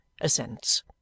assents